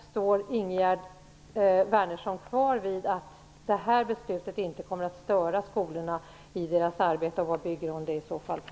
Står Ingegerd Wärnersson kvar vid att det här beslutet inte kommer att störa skolorna i deras arbete, och vad bygger hon det i så fall på?